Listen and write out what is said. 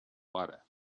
water